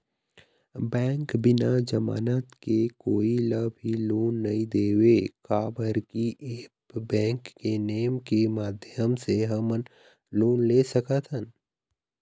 Bank बिना जमानत के कोई ला भी लोन नहीं देवे का बर की ऐप बैंक के नेम के माध्यम से हमन लोन ले सकथन?